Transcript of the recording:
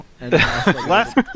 Last